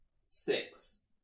six